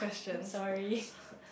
sorry